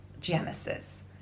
Genesis